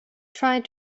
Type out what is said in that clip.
tried